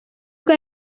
ubwo